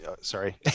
sorry